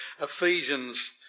Ephesians